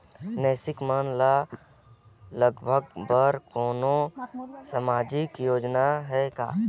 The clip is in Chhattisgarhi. नोनी मन ल लाभ बर कोनो सामाजिक योजना हे का?